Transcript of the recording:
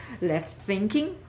left-thinking